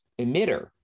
emitter